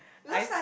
I